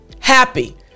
happy